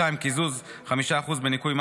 2. משכורת ראשונה מוגדלת,